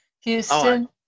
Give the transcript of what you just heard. Houston